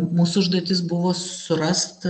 mūsų užduotis buvo surast